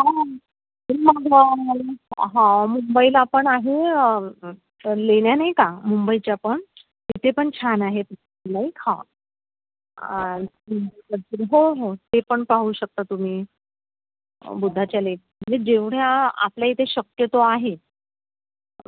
हां हा मुंबईला पण आहे लेण्या नाही का मुंबईच्या पण इथे पण छान आहेत लाईक हा हो हो ते पण पाहू शकता तुम्ही बुद्धाच्या लेन म्हणजे जेवढ्या आपल्या इथे शक्यतो आहे